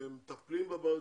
והם מטפלים בבעיות,